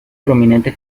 prominente